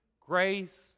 grace